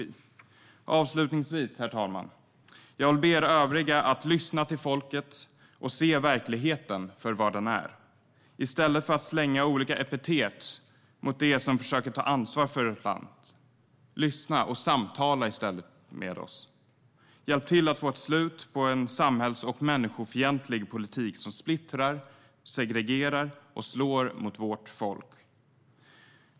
Herr talman! Avslutningsvis vill jag be er övriga att lyssna till folket och se verkligheten för vad den är. I stället för att slänga olika epitet mot dem som försöker att ta ansvar för landet, lyssna och samtala med oss. Hjälp till att få ett slut på en samhälls och människofientlig politik som splittrar, segregerar och slår mot vårt folk.